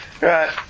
Right